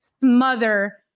smother